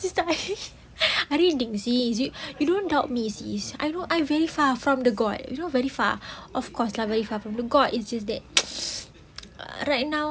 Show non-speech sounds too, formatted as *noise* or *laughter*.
sis tahlil *laughs* I reading sis you you don't doubt me sis I know I very far from the god you know very far of course lah very far from the god it's just that *noise* right now